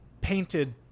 painted